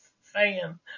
fan